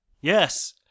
Yes